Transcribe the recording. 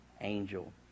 angel